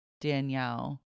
Danielle